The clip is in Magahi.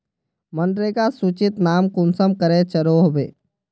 मनरेगा सूचित नाम कुंसम करे चढ़ो होबे?